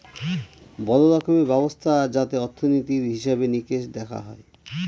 বড়ো রকমের ব্যবস্থা যাতে অর্থনীতির হিসেবে নিকেশ দেখা হয়